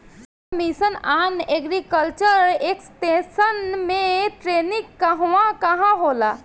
सब mission on agriculture extension मै टेरेनीं कहवा कहा होला?